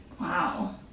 Wow